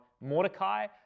Mordecai